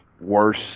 worse